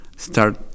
start